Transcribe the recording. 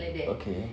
okay